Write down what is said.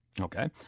Okay